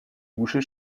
boucher